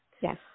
Yes